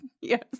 yes